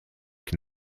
can